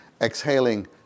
Exhaling